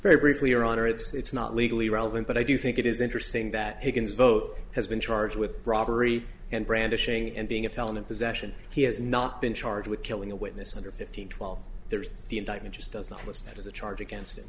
very briefly your honor it's not legally relevant but i do think it is interesting that he can devote has been charged with robbery and brandishing and being a felon in possession he has not been charged with killing a witness under fifteen twelve there's the indictment just does not list as a charge against him